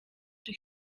czy